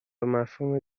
مفهومی